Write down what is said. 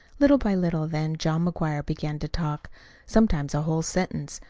little by little then john mcguire began to talk sometimes a whole sentence,